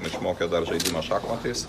išmokė dar žaidimas šachmatais